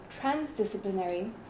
transdisciplinary